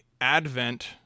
Advent